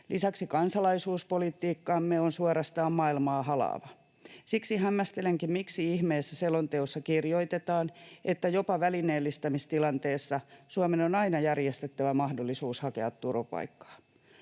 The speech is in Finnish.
Lisäksi kansalaisuuspolitiikkamme on suorastaan maailmaa halaava. Siksi hämmästelenkin, miksi ihmeessä selonteossa kirjoitetaan, että jopa välineellistämistilanteessa Suomen on aina järjestettävä mahdollisuus hakea turvapaikkaa.